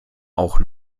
auch